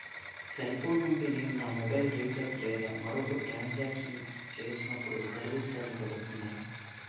Cell phone నుండి నేను నా మొబైల్ రీఛార్జ్ లేదా మరొక ట్రాన్ సాంక్షన్ చేసినప్పుడు సర్విస్ ఛార్జ్ పడుతుందా?